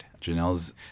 Janelle's